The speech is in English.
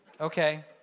Okay